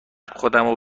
خودمو